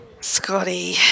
Scotty